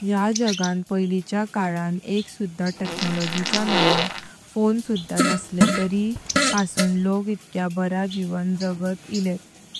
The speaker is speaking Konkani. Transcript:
या जगान पईलिच्या काळान एक सुधा टेक्नॉलॉजीच्या नावान फोन सुधा नसले तरी पासून लोग इतक्या बरा जीवन जगत इलेत।